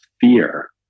fear